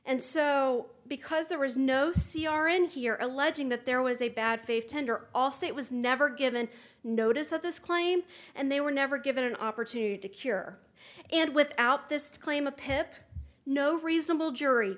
and so because there was no c r in here alleging that there was a bad faith tender also it was never given notice of this claim and they were never given an opportunity to cure and without this claim of pip no reasonable jury